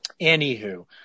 Anywho